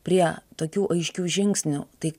prie tokių aiškių žingsnių tai